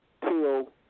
till